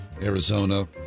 Arizona